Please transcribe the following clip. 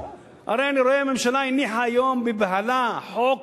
אני רואה שהממשלה הניחה היום בבהלה חוק